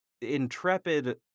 intrepid